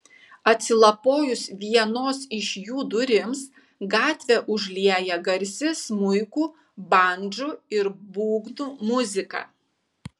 atsilapojus vienos iš jų durims gatvę užlieja garsi smuikų bandžų ir būgnų muzika